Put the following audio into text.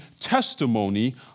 testimony